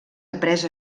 après